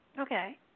Okay